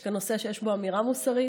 יש כאן נושא שיש בו אמירה מוסרית.